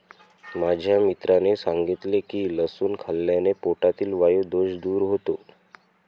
माझ्या मित्राने सांगितले की लसूण खाल्ल्याने पोटातील वायु दोष दूर होतो